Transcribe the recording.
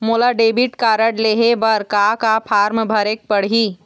मोला debit card लेहे बर का का फार्म भरेक पड़ही?